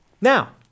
Now